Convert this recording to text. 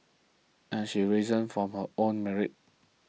and she's risen from her own merit